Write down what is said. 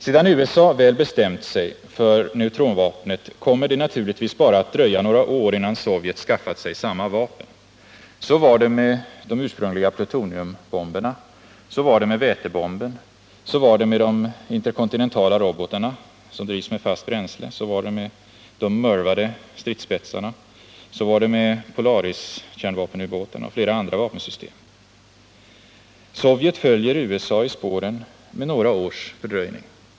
Sedan USA väl bestämt sig för neutronvapnet kommer det naturligtvis att dröja bara några år, innan Sovjet skaffat sig samma vapen. Så var det med de ursprungliga plutoniumbomberna, så var det med vätebomben, så var det med de interkontinentala robotarna som drivs med fast bränsle, så var det med de MIRV-ade stridsspetsarna, så var det med Polariskärnvapenubåtarna och med flera andra vapensystem. Sovjet följer USA i spåren med några års fördröjning.